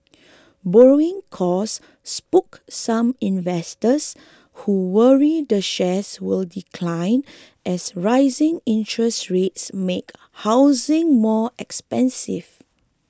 borrowing costs spooked some investors who worry the shares will decline as rising interest rates make housing more expensive